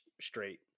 straight